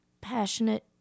passionate